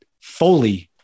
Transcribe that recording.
fully